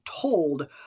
told